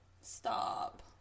stop